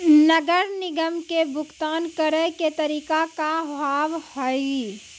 नगर निगम के भुगतान करे के तरीका का हाव हाई?